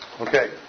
Okay